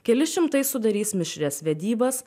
keli šimtai sudarys mišrias vedybas